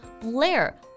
Blair